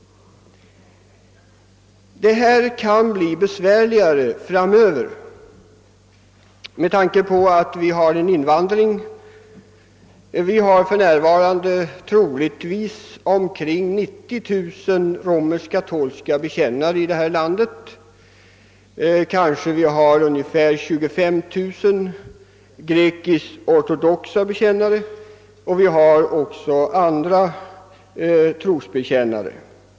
Detta problem kan bli besvärligare framöver med tanke på invandringen. Vi har för närvarande troligtvis omkring 90000 romersk-katolska bekännare här i landet, vi har ungefär 25 000 grekisk-ortodoxa bekännare, och vi har också andra trosbekännare.